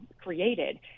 created